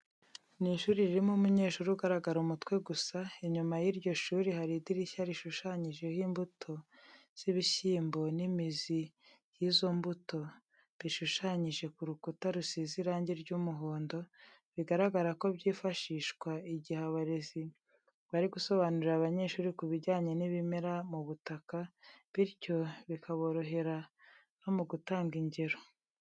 Ni ishuri ririmo umunyeshuri ugaragara umutwe gusa, inyuma y'iryo shuri hari idirishya rishushanyijeho imbuto z'ibishyimbo n'imizi y'izo mbuto, bishushanyije ku rukuta rusize irange ry'umuhondo, bigaragara ko byifashishwa igihe abarezi bari gusobanurira abanyeshuri kubijyanye n'ibimera mu butaka, bityo bikaborohera no mu gutanga ingero.